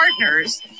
partners